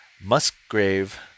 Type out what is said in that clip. Musgrave